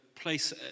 Place